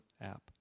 app